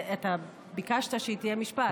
אתה ביקשת שהיא תהיה משפט.